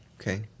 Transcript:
Okay